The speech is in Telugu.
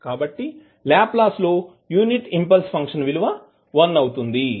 కాబట్టి లాప్లాస్ లో యూనిట్ ఇంపల్స్ ఫంక్షన్ విలువ 1 అవుతుంది